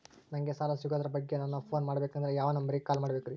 ನಂಗೆ ಸಾಲ ಸಿಗೋದರ ಬಗ್ಗೆ ನನ್ನ ಪೋನ್ ಮಾಡಬೇಕಂದರೆ ಯಾವ ನಂಬರಿಗೆ ಕಾಲ್ ಮಾಡಬೇಕ್ರಿ?